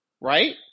Right